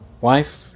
wife